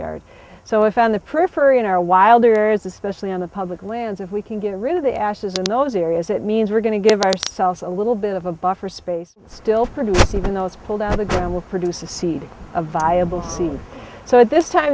backyard so if found the prefer in our wilder is especially on the public lands if we can get rid of the ashes in those areas that means we're going to give ourselves a little bit of a buffer space still produce even though it's pulled out of the ground will produce a seed a viable seed so at this time